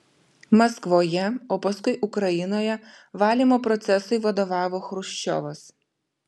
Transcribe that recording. maskvoje o paskui ukrainoje valymo procesui vadovavo chruščiovas